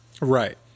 Right